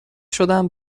شدم